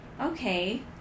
okay